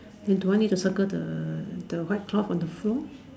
then don't want me to circle the the white cloth on the floor